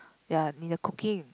ya in the cooking